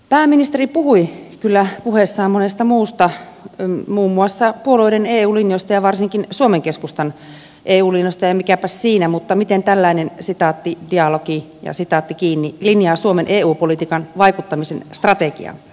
pääministeri puhui kyllä puheessaan monesta muusta muun muassa puolueiden eu linjoista ja varsinkin suomen keskustan eu linjoista ja mikäpäs siinä mutta miten tällainen sitaatti ja laki ja siitä dialogi linjaa suomen eu politiikan vaikuttamisen strategian